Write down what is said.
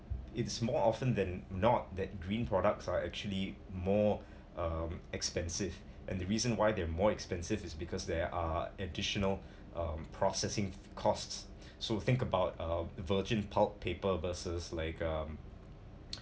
it's more often than not that green products are actually more um expensive and the reason why they're more expensive is because there are additional um processing costs so think about uh virgin pulp paper versus like um